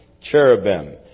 cherubim